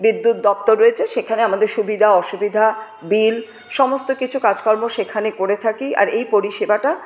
বিদ্যুৎ দপ্তর রয়েছে সেখানে আমাদের সুবিধা অসুবিধা বিল সমস্ত কিছু কাজকর্ম সেখানে করে থাকি আর এই পরিষেবাটা